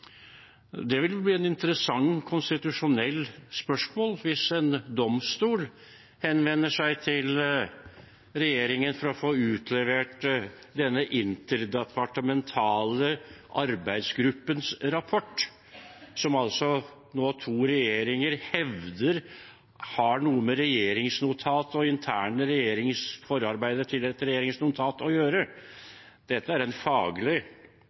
Det vil bli et interessant konstitusjonelt spørsmål hvis en domstol henvender seg til regjeringen for å få utlevert denne interdepartementale arbeidsgruppens rapport, som altså nå to regjeringer hevder har noe med regjeringsnotater og forarbeidet til et internt regjeringsnotat å gjøre. Dette er en faglig